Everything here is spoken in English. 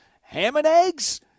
ham-and-eggs